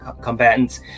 combatants